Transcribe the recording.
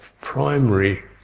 primary